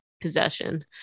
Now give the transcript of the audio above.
possession